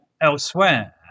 elsewhere